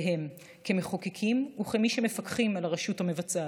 כמחוקקים וכמי שמפקחים על הרשות המבצעת.